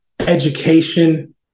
education